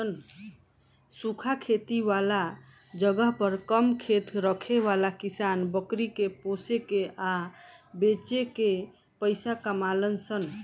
सूखा खेती वाला जगह पर कम खेत रखे वाला किसान बकरी के पोसे के आ बेच के पइसा कमालन सन